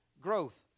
growth